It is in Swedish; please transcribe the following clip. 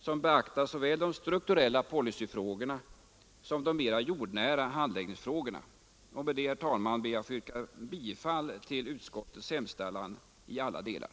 som beaktar såväl de strukturella policyfrågorna som de mera jordnära handläggningsfrågorna. Herr talman! Med detta ber jag att få yrka bifall till utskottets hemställan i alla delar.